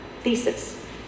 thesis